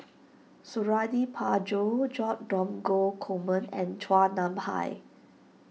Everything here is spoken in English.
Suradi Parjo Joo Dromgold Coleman and Chua Nam Hai